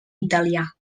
italià